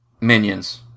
Minions